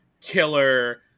killer